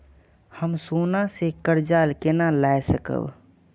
हम सोना से कर्जा केना लाय सकब?